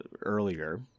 earlier